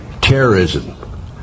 terrorism